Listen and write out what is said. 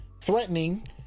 threatening